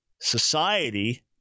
society